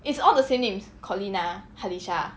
it's all the same names collin ah halisha